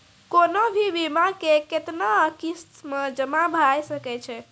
कोनो भी बीमा के कितना किस्त मे जमा भाय सके छै?